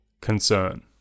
concern